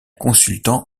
consultant